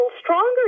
stronger